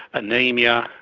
ah anaemia,